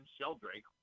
Sheldrake